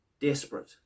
desperate